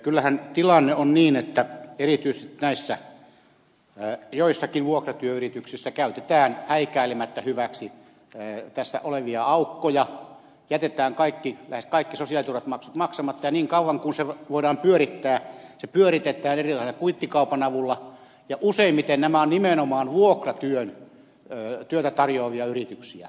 kyllähän tilanne on niin että erityisesti joissakin näissä vuokratyöyrityksissä käytetään häikäilemättä hyväksi olemassa olevia aukkoja jätetään lähes kaikki sosiaaliturvamaksut maksamatta ja niin kauan kun sitä voidaan pyörittää sitä pyöritetään erilaisen kuittikaupan avulla ja useimmiten nämä ovat nimenomaan vuokratyötä tarjoavia yrityksiä